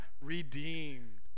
redeemed